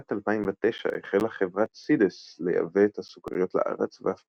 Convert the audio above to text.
בשנת 2009 החלה חברת סידס לייבא את הסוכריות לארץ ואף